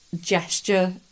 gesture